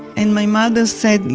and my mother said, and